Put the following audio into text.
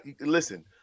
listen